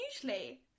usually